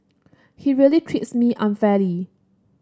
he really treats me unfairly